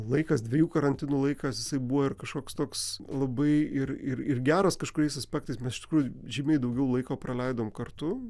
laikas dviejų karantinų laikas jisai buvo ir kažkoks toks labai ir ir geras kažkuriais aspektais mes iš tikrųjų žymiai daugiau laiko praleidom kartu